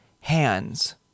hands